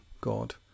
god